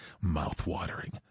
Mouth-watering